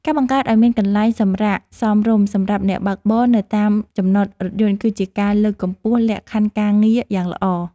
ការបង្កើតឱ្យមានកន្លែងសម្រាកសមរម្យសម្រាប់អ្នកបើកបរនៅតាមចំណតរថយន្តគឺជាការលើកកម្ពស់លក្ខខណ្ឌការងារយ៉ាងល្អ។